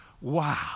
Wow